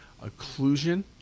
occlusion